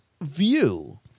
view